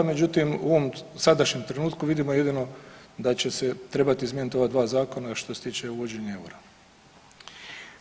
Međutim u ovom sadašnjem trenutku vidimo jedino da će se trebati izmijeniti ova dva zakona što se tiče uvođenja eura.